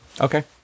Okay